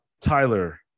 Tyler